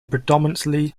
predominantly